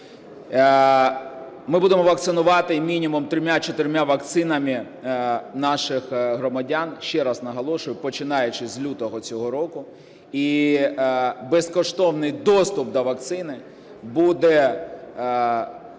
Ми будемо вакцинувати мінімум 3-4 вакцинами наших громадян, ще раз наголошую, починаючи з лютого цього року. І безкоштовний доступ до вакцин буде зроблений